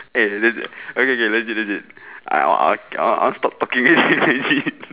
eh le~ okay okay legit legit I want I want I want stop talking already